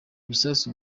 bisasu